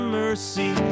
mercy